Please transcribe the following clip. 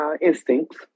instincts